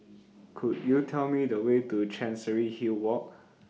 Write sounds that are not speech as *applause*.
Could *noise* YOU Tell Me The Way to Chancery Hill Walk *noise*